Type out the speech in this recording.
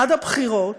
עד הבחירות